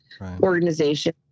organization